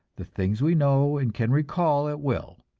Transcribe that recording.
the things we know and can recall at will.